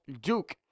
Duke